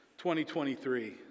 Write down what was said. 2023